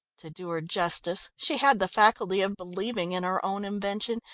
to do her justice, she had the faculty of believing in her own invention,